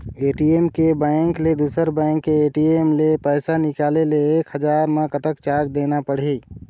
ATM के bank ले दुसर बैंक के ए.टी.एम ले पैसा निकाले ले एक हजार मा कतक चार्ज देना पड़ही?